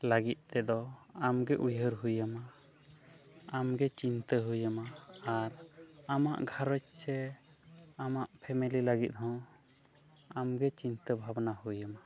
ᱞᱟᱹᱜᱤᱫ ᱛᱮᱫᱚ ᱟᱢᱜᱮ ᱩᱭᱦᱟᱹᱨ ᱦᱩᱭᱟᱢᱟ ᱟᱢᱜᱮ ᱪᱤᱱᱛᱟᱹ ᱦᱩᱭᱟᱢᱟ ᱟᱨ ᱟᱢᱟᱜ ᱜᱷᱟᱨᱚᱸᱡᱽ ᱥᱮ ᱟᱢᱟᱜ ᱯᱷᱮᱢᱮᱞᱤ ᱞᱟᱹᱜᱤᱫ ᱦᱚᱸ ᱟᱢᱜᱮ ᱪᱤᱱᱛᱟᱹ ᱵᱷᱟᱵᱱᱟ ᱦᱩᱭᱟᱢᱟ